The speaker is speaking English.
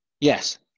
Yes